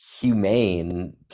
humane